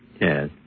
yes